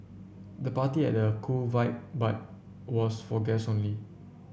the party had a cool vibe but was for guess only